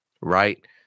right